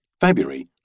February